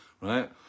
right